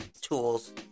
tools